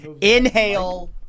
inhale